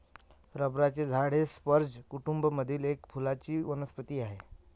रबराचे झाड हे स्पर्ज कुटूंब मधील एक फुलांची वनस्पती आहे